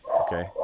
Okay